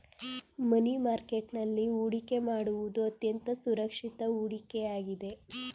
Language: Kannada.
ಮನಿ ಮಾರ್ಕೆಟ್ ನಲ್ಲಿ ಹೊಡಿಕೆ ಮಾಡುವುದು ಅತ್ಯಂತ ಸುರಕ್ಷಿತ ಹೂಡಿಕೆ ಆಗಿದೆ